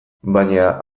baina